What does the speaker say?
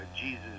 Jesus